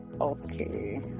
Okay